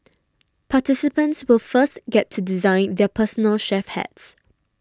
participants will first get to design their personal chef hats